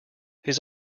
his